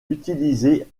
utilisée